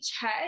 check